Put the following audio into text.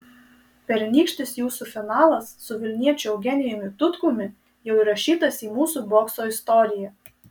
pernykštis jūsų finalas su vilniečiu eugenijumi tutkumi jau įrašytas į mūsų bokso istoriją